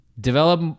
develop